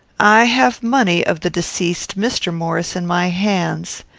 i have money of the deceased mr. maurice in my hands.